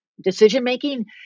decision-making